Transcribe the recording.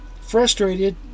Frustrated